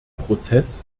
prozess